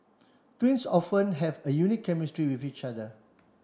twins often have a unique chemistry with each other